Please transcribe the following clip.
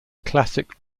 classic